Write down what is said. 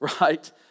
right